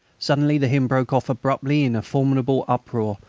suddenly the hymn broke off abruptly in a formidable uproar,